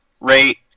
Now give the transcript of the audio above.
rate